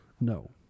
No